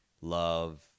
love